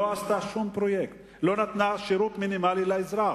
לא עשתה שום פרויקט ולא נתנה שירות מינימלי לאזרח,